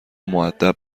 مودب